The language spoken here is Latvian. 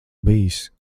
bijis